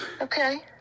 Okay